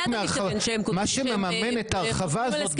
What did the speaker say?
מה שמממן את ההרחבה הזו,